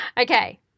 Okay